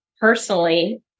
personally